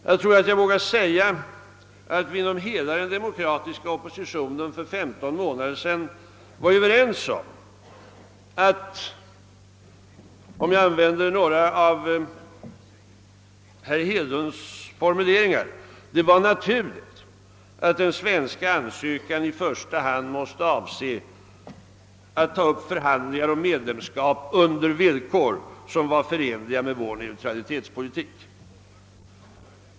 Jag vågar säga att vi inom hela den demokratiska oppositionen för 15 månader sedan var eniga om att — om jag använder några av herr Hedlunds formuleringar — det var naturligt att den svenska ansökan i första hand måste gälla upptagandet av förhandlingar om medlemskap under villkor som var förenliga med vår neutralitetspolitik.